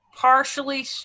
partially